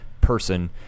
person